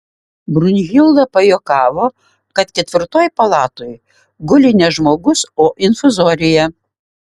brunhilda pajuokavo kad ketvirtoj palatoj guli ne žmogus o infuzorija